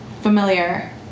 familiar